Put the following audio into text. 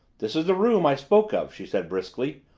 this is the room i spoke of, she said briskly.